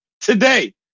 today